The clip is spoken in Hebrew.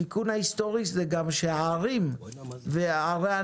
התיקון ההיסטורי הוא גם שבערי הנגב,